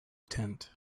tent